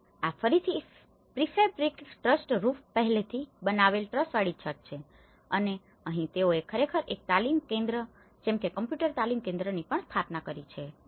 અને આ ફરીથી પ્રીફેબ્રિકેટેડ ટ્રસ્ડ રૂફprefabricated trussed roofપહેલેથી બનાવેલ ટ્રસવાળી છત છે અને અહીં તેઓએ ખરેખર એક તાલીમ કેન્દ્ર જેમ કે કમ્પ્યુટર તાલીમ કેન્દ્રની પણ સ્થાપના કરી છે